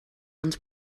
ond